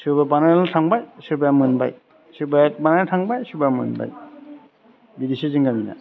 सोरबा बानायनानै थांबाय सोरबाया मोनबाय सोरबाया बानायनानै थांबाय सोरबाया मोनबाय बिदिसो जोंनि गामिना